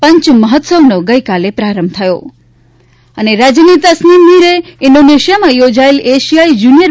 પંચમહોત્સવનો ગઈકાલે પ્રારંભ થયો રાજયની તસનીમ મીરે ઈન્ડોનેશીયામાં યોજાયેલી એશિયાઈ જુનિયર